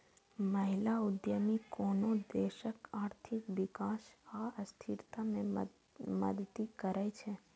महिला उद्यमी कोनो देशक आर्थिक विकास आ स्थिरता मे मदति करै छै